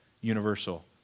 universal